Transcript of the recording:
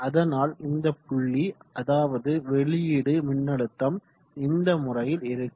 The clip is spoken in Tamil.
அதனால் இந்த புள்ளி அதாவது வெளியீடு மின்னழுத்தம் இந்த முறையில் இருக்கும்